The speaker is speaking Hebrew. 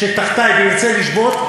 כשתחתי ירצו לשבות,